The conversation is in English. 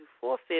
forfeit